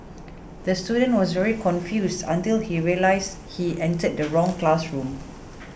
the student was very confused until he realised he entered the wrong classroom